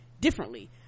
differently